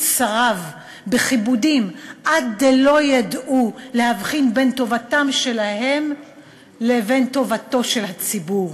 שריו בכיבודים עד דלא ידעו להבחין בין טובתם שלהם לבין טובתו של הציבור.